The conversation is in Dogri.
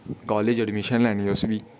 कालेज अडमीशन लैनी उसी बी